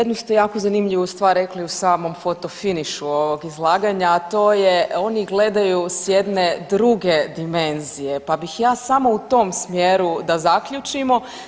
Jednu ste jako zanimljivu stvar rekli u samom foto finišu ovog izlaganja, a to je oni gledaju s jedne druge dimenzije, pa bih ja samo u tom smjeru da zaključimo.